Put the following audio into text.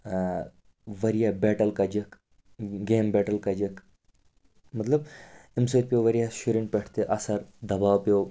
واریاہ بیٹٕل کَجکھ گیم بیٹٕل کَجَکھ مطلب اَمہِ سۭتۍ پٮ۪و واریاہ شُرٮ۪ن پٮ۪ٹھ تہِ اَثر دَباو پٮ۪و